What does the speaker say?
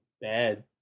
bad